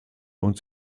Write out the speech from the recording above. uns